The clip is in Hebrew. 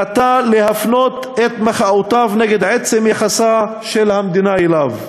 נטה להפנות את מחאותיו נגד עצם יחסה של המדינה אליו.